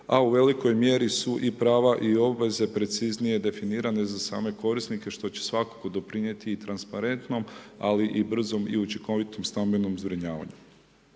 a u velikoj mjeri su i prava i obveze preciznije definirane za same korisnike, što će svakako doprinijeti i transparentnom, ali i brzom i učinkovitom stambenom zbrinjavanju.